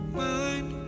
mind